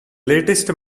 latest